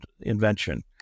invention